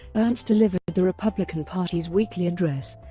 ernst delivered but the republican party's weekly address,